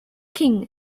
king